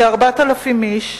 כ-4,000 איש,